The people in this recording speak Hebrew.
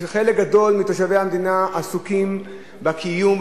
חלק גדול מתושבי המדינה עסוקים בקיום,